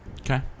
Okay